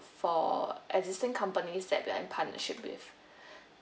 for existing companies that we're in partnership